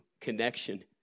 Connection